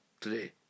Today